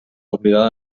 oblidada